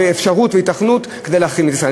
ואפשרות והיתכנות להחרים את ישראל,